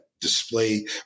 display